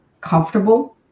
comfortable